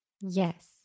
Yes